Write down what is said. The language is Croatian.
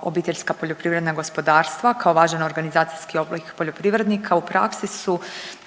iz 2002. g. prepoznalo OPG-ove kao važan organizacijski oblik poljoprivrednika, u praksi su